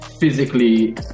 physically